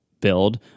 build